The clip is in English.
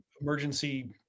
emergency